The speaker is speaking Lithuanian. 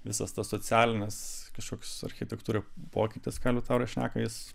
visas tas socialinis kažkoks architektūroj pokytis ką liutauras šneka jis